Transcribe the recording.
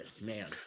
man